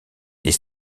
les